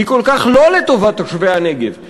היא כל כך לא לטובת תושבי הנגב,